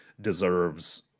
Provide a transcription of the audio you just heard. deserves